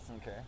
Okay